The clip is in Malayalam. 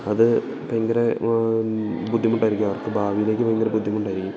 അതു ഭയങ്കര ബുദ്ധിമുട്ടായിരിക്കും അവർക്ക് ഭാവിയിലേക്കു ഭയങ്കര ബുദ്ധിമുട്ടായിരിക്കും